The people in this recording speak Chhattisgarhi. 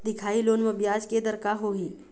दिखाही लोन म ब्याज के दर का होही?